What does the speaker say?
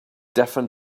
deafened